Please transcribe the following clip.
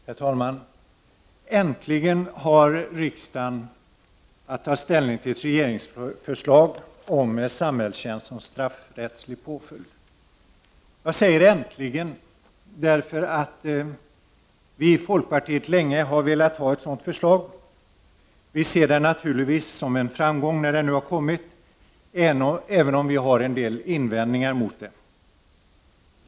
Herr talman! Äntligen har riksdagen att ta ställning till ett regeringsförslag om samhällstjänst som straffrättslig påföljd. Jag säger äntligen därför att vi i folkpartiet länge har velat ha ett sådant förslag. Vi ser det naturligtvis som en framgång när det nu har kommit, även om vi har en del invändningar mot det.